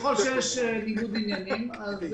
ככל שיש ניגוד עניינים אנחנו